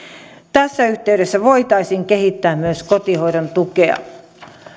tässä yhteydessä voitaisiin kehittää myös kotihoidon tukea